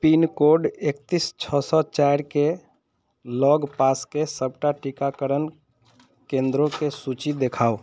pin code एकतिस छओ सओ चारिके लगपासके सबटा टीकाकरण केन्द्रके सूची देखाउ